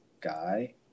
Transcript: guy